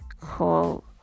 Call